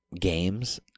games